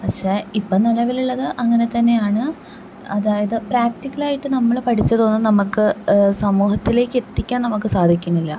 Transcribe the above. പക്ഷേ ഇപ്പം നിലവിലുള്ളത് അങ്ങനെതന്നെയാണ് അതായത് പ്രാക്റ്റിക്കലായിട്ട് നമ്മള് പഠിച്ചതൊന്നും നമുക്ക് സമൂഹത്തിലേക്കെത്തിക്കാൻ നമുക്ക് സാധിക്കുന്നില്ല